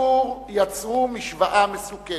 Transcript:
יצרו משוואה מסוכנת.